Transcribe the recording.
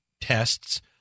tests